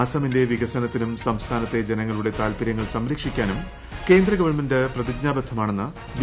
അസമിന്റെ വികസനത്തിനും സംസ്ഥാന്ത്തെ ജനങ്ങളുടെ താൽപര്യങ്ങൾ സംരക്ഷിക്കാനും ക്യേന്ദ്ര ഗവൺമെന്റ പ്രതിജ്ഞാബദ്ധമാണെന്ന് ബി